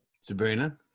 Sabrina